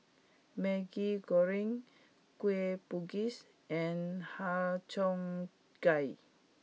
Maggi Goreng Kueh Bugis and Har Cheong Gai